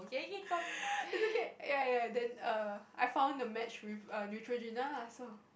is okay ya ya then err I found a match with err Neutrogena lah so